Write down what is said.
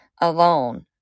alone